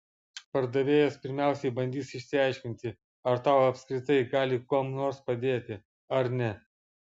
pardavėjas pirmiausiai bandys išsiaiškinti ar tau apskritai gali kuom nors padėti ar ne